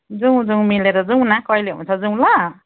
जाउँ जाउँ मिलेर जाउँ न कहिले हुन्छ जाउँ ल